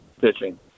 pitching